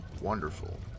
Wonderful